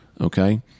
okay